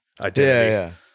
identity